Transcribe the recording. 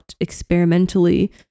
experimentally